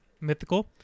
mythical